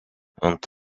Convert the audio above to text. ant